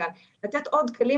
תודה לך, גברתי.